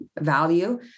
value